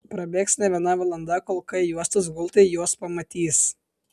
prabėgs ne viena valanda kol k juostos gultai juos pamatys